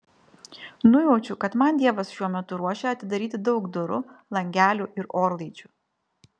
nujaučiu kad man dievas šiuo metu ruošia atidaryti daug durų langelių ir orlaidžių